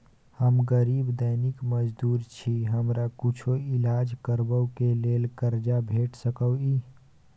हम गरीब दैनिक मजदूर छी, हमरा कुछो ईलाज करबै के लेल कर्जा भेट सकै इ?